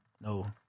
No